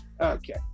Okay